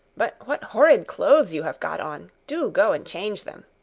but what horrid clothes you have got on! do go and change them.